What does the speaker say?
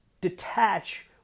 detach